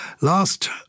last